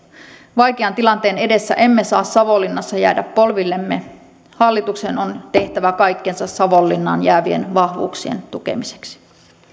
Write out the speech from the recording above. vaikean tilanteen edessä emme saa savonlinnassa jäädä polvillemme hallituksen on tehtävä kaikkensa savonlinnaan jäävien vahvuuksien tukemiseksi